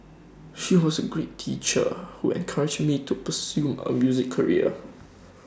she was A great teacher who encouraged me to pursue A music career